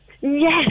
Yes